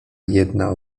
jedna